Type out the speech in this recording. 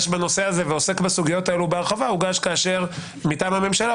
בנושא הזה ועוסק בסוגיות האלה בהרחבה מטעם הממשלה,